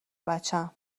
بچم